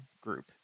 group